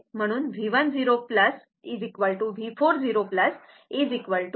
म्हणून V1 V4 0